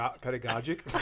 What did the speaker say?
Pedagogic